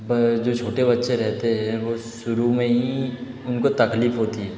पर जो छोटे बच्चे रहते हैं वो शुरू में ही उनको तकलीफ होती